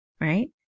right